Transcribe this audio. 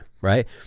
right